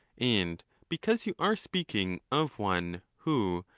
and because you are speaking of one who,